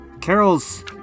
Carol's